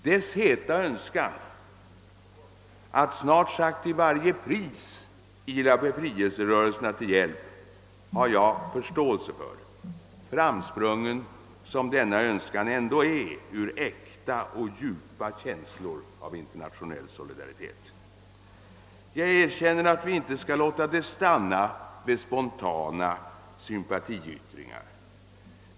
Dess heta önskan att snart sagt till varje pris ila befrielserörelserna till hjälp har jag förståelse för, framsprungen som denna önskan ändå är ur äkta och djupa känslor av internationell solidaritet. Jag erkänner att vi inte skall låta det stanna vid spontana sympatiyttringar.